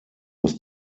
was